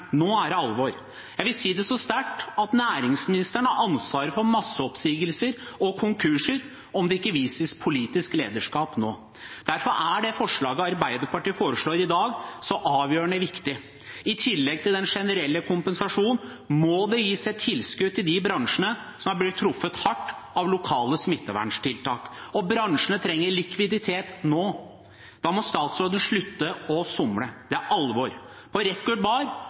Nå er det alvor. Jeg vil si det så sterkt at næringsministeren har ansvaret for masseoppsigelser og konkurser om det ikke vises politisk lederskap nå. Derfor er det forslaget Arbeiderpartiet har i dag, så avgjørende viktig. I tillegg til den generelle kompensasjonen må det gis et tilskudd til de bransjene som er blir truffet hardt av lokale smitteverntiltak. Og bransjene trenger likviditet nå. Da må statsråden slutte å somle. Det er alvor. På Rekord Bar